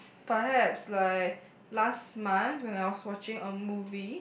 perhaps like last month when I was watching a movie